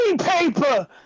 paper